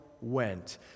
went